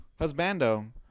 husbando